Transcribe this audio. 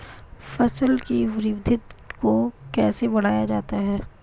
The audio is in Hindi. फसल की वृद्धि को कैसे बढ़ाया जाता हैं?